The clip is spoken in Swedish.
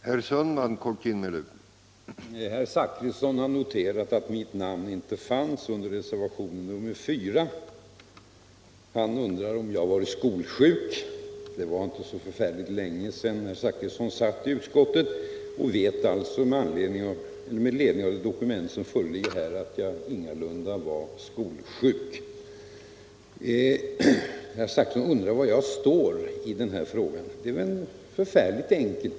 Herr talman! Herr Zachrisson har noterat att mitt namn inte finns med på reservationen 4. Han undrade om jag var skolsjuk. Det var inte så förfärligt länge sedan herr Zachrisson satt i utskottet. Han vet alltså med ledning av det dokument som föreligger här att jag ingalunda var skolsjuk. Herr Zachrisson undrade var jag står i denna fråga. Det är väl förfärligt enkelt!